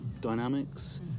dynamics